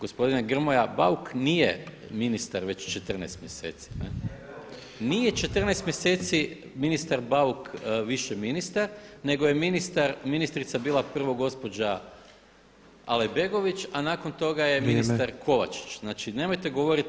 Gospodine Grmoja Bauk nije ministar već 14 mjeseci, nije 14 mjeseci ministar Bauk više ministar nego je ministrica bila prvo gospođa Alajbegović, a nakon toga je ministar Kovačić [[Upadica Petrov: Vrijeme.]] znači nemojte govoriti